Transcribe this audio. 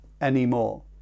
anymore